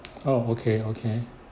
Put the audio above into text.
oh okay okay